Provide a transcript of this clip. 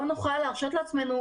לא נוכל להרשות לעצמנו,